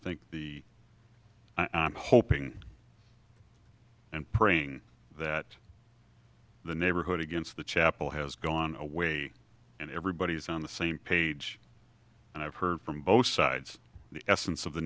think the i'm hoping and praying that the neighborhood against the chapel has gone away and everybody is on the same page and i've heard from both sides the essence of the